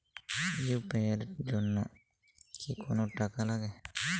UPI এর জন্য কি কোনো টাকা লাগে?